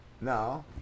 No